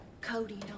Cody